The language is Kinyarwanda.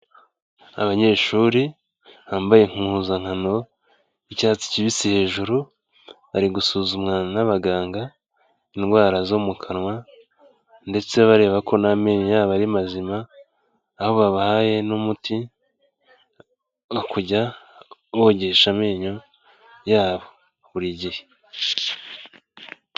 Abanyeshuri bambaye impuzankano y'icyatsi kibisi hejuru bari gusuzumwa n'abaganga indwara zo mu kanwa ndetse bareba ko n'amenyo yaboaba ari mazima, aho babahaye n'umuti wo kujya bogesha amenyo yabo buri gihe.